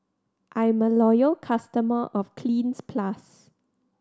I'm a loyal customer of Cleanz Plus